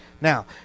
Now